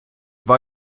war